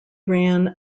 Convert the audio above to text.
ran